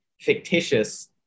fictitious